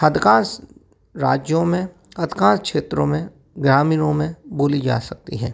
अधिकांश राज्यों में अधिकांश क्षेत्रों में ग्रामीणों में बोली जा सकती है